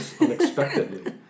unexpectedly